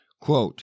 Quote